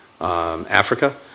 Africa